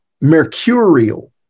Mercurial